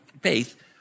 Faith